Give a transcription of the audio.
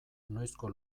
noizko